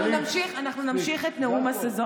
אנחנו נמשיך את נאום הסזון